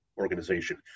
organization